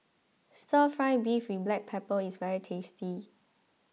Stir Fry Beef with Black Pepper is very tasty